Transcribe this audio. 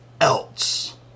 else